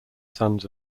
sons